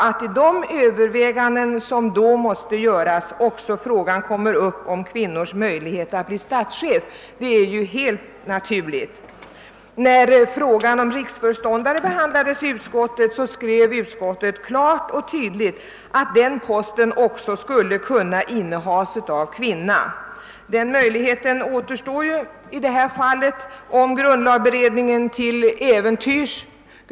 Att frågan om kvinnors möjlighet att bli statschef tas upp också vid de överväganden, som då måste göras, är helt naturligt. När frågan om riksföreståndare behandlades skrev utskottet klart och tydligt att denna post också skulle kunna innehas av kvinna. Denna möjlighet återstår ju för utskottet om grundlagberedningen till äventyrs inte för in något stadgande om detta.